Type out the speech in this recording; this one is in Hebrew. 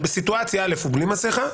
בסיטואציה א' הוא בלי מסכה,